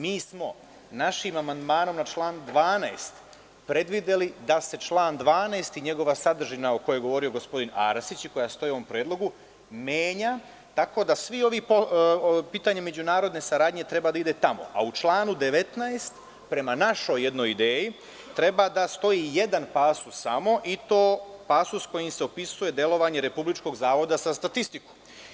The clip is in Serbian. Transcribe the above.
Mi smo našim amandmanom na član 12. predvideli da se član 12. i njegova sadržina, o kojoj je govorio gospodin Arsić i koja stoji u ovom predlogu, menja tako da pitanje međunarodne saradnje treba da ide tamo, a u članu 19, prema jednoj našoj ideji, treba da stoji samo jedan pasus i to pasus kojim se opisuje delovanje Republičkog zavoda za statistiku.